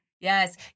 Yes